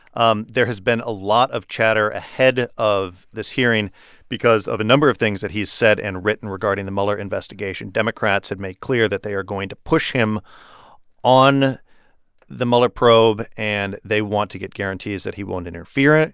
um there has been a lot of chatter ahead of this hearing because of a number of things that he's said and written regarding the mueller investigation. democrats have made clear that they are going to push him on the mueller probe. and they want to get guarantees that he won't interfere. ah